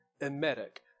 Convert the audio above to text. emetic